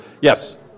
Yes